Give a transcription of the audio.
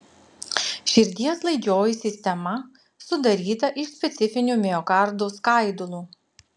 širdies laidžioji sistema sudaryta iš specifinių miokardo skaidulų